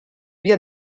via